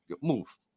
move